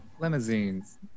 Limousines